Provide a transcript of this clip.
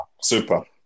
Super